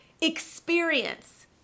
experience